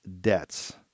debts